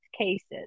cases